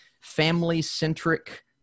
family-centric